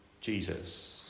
Jesus